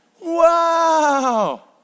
Wow